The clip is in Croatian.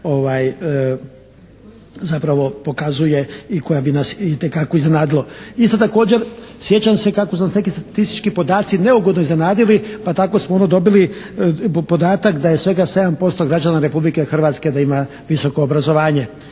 zapravo pokazuje i koja bi nas itekako iznenadilo. Isto također sjećam se kako su nas statistički podaci neugodno iznenadili pa tako smo ono dobili podatak da je svega 7% građana Republike Hrvatske da ima visoko obrazovanje.